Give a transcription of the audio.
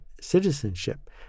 citizenship